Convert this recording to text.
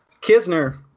Kisner